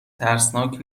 ترسناک